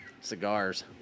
cigars